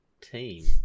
team